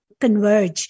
converge